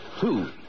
two